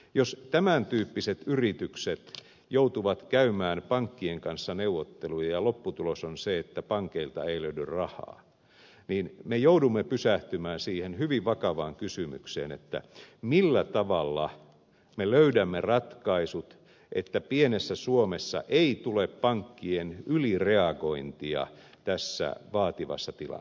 jos tämän tyyppiset yritykset joutuvat käymään pankkien kanssa neuvotteluja ja lopputulos on se että pankeilta ei löydy rahaa niin me joudumme pysähtymään siihen hyvin vakavaan kysymykseen millä tavalla me löydämme ratkaisut että pienessä suomessa ei tule pankkien ylireagointia tässä vaativassa tilanteessa